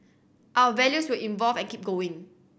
our values will evolve and keep going